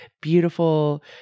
beautiful